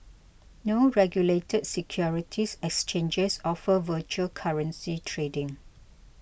no regulated securities exchanges offer virtual currency trading